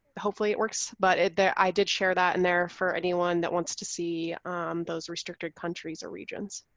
hopefully it works but it there. i did share that in there for anyone that wants to see those restricted countries or regions,